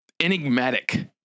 enigmatic